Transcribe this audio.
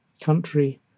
country